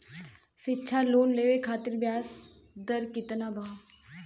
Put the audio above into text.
शिक्षा लोन खातिर ब्याज दर केतना बा?